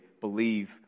believe